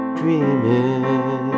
dreaming